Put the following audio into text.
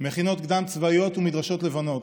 מכינות קדם-צבאיות ומדרשות לבנות,